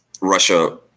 Russia